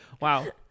Wow